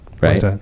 Right